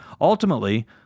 Ultimately